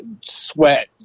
sweat